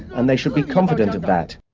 and they should be confident of that.